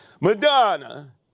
Madonna